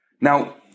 Now